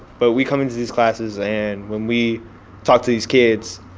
but we come into these classes, and when we talk to these kids,